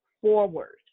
forward